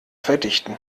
verdichten